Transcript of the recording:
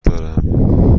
دارم